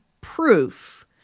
proof